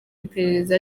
iperereza